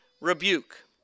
rebuke